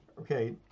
okay